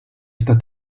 esta